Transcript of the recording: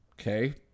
Okay